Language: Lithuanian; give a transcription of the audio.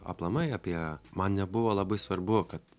aplamai apie man nebuvo labai svarbu kad